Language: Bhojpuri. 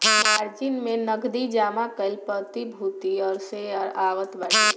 मार्जिन में नगदी जमा कईल प्रतिभूति और शेयर आवत बाटे